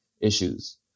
issues